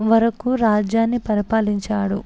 వరకు రాజ్యాన్ని పరిపాలించాడు